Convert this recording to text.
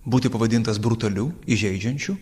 būti pavadintas brutaliu įžeidžiančiu